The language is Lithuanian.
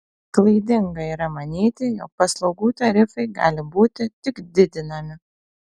klaidinga yra manyti jog paslaugų tarifai gali būti tik didinami